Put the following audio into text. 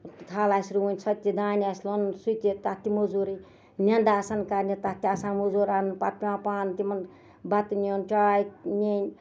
تھل آسہِ رُوٕنۍ سۄ تہِ دانہِ آسہِ لونُن سُہ تہِ تَتھ تہِ موزوٗرٕے نیندٕ آسن کَرنہِ تَتھ تہِ آسان موزوٗر اَنُن پَتہٕ پیوان پانہٕ تِمن بَتہٕ نیُن چاے نِنۍ